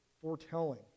foretelling